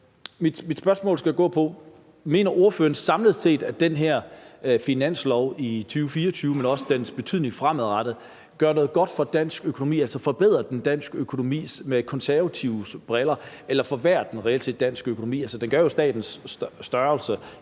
Mit spørgsmål skal gå på, om ordføreren samlet set mener, at den her finanslov i 2024 og dens betydning fremadrettet gør noget godt for dansk økonomi. Forbedrer den dansk økonomi med Konservatives briller, eller forværrer den reelt set dansk økonomi? Den gør jo statens størrelse